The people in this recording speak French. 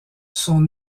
sont